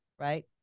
right